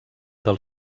del